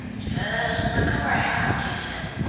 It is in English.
just lookin' round, he said,